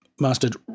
mastered